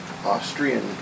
Austrian